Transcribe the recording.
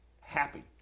happy